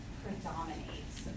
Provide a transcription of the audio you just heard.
predominates